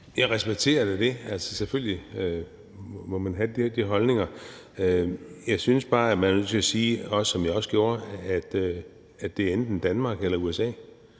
Det respekterer jeg da. Selvfølgelig må man have de holdninger. Jeg synes bare, man er nødt til at sige, som jeg også gjorde, at det enten er Danmark eller USA.